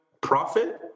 profit